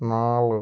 നാല്